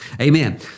Amen